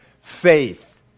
faith